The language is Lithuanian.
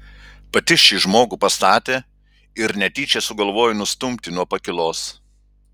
pati šį žmogų pastatė ir netyčia sugalvojo nustumti nuo pakylos